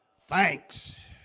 Thanks